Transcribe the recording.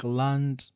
land